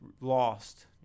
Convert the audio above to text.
lost